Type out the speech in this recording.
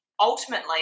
ultimately